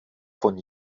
von